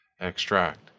extract